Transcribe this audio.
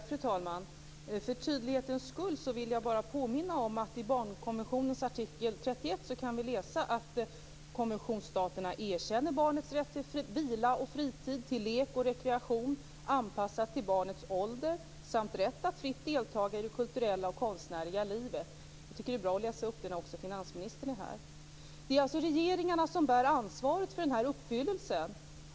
Fru talman! För tydlighetens skull vill jag påminna om att vi i barnkonventionens artikel 31 kan läsa: Konventionsstaterna erkänner barnets rätt till vila och fritid, till lek och rekreation, anpassad till barnets ålder, samt rätt att fritt deltaga i det kulturella och konstnärliga livet. Jag tycker att det är bra att läsa upp detta när också finansministern är här. Det är alltså regeringarna som bär ansvaret för den här uppfyllelsen.